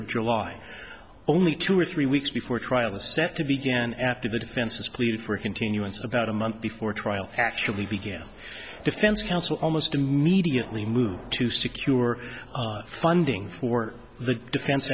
of july only two or three weeks before trial is set to begin after the defense has pleaded for a continuance about a month before trial actually began defense counsel almost immediately moved to secure funding for the defen